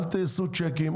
אל תעשו צ'קים,